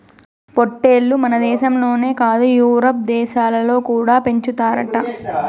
పొట్టేల్లు మనదేశంలోనే కాదు యూరోప్ దేశాలలో కూడా పెంచుతారట